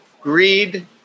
greed